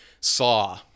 Saw